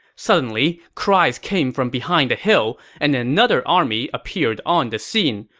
suddenly, cries came from behind a hill, and another army appeared on the scene.